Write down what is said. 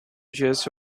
just